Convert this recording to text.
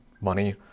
money